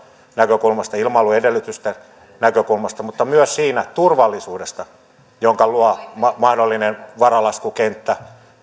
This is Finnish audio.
näkökulmasta ilmailun edellytysten näkökulmasta sekä myös siitä turvallisuudesta jonka luo mahdollinen varalaskukenttä